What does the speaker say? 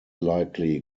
likely